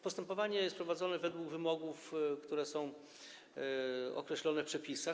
Postępowanie jest prowadzone według wymogów, które są określone w przepisach.